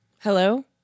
Hello